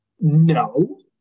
no